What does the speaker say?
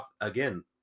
again